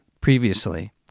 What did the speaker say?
previously